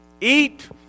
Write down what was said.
Eat